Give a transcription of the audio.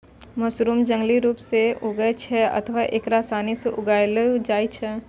mushroom जंगली रूप सं उगै छै अथवा एकरा आसानी सं उगाएलो जाइ छै